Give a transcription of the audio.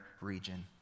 region